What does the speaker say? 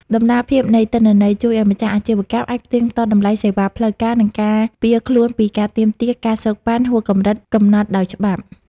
តម្លាភាពនៃទិន្នន័យ ជួយឱ្យម្ចាស់អាជីវកម្មអាចផ្ទៀងផ្ទាត់តម្លៃសេវាផ្លូវការ និងការពារខ្លួនពីការទាមទារ ការសូកប៉ាន់ ហួសកម្រិតកំណត់ដោយច្បាប់។